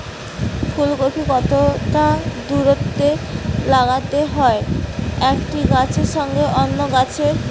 ফুলকপি কতটা দূরত্বে লাগাতে হয় একটি গাছের সঙ্গে অন্য গাছের?